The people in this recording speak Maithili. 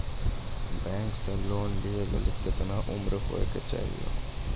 बैंक से लोन लेली केतना उम्र होय केचाही?